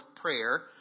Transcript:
prayer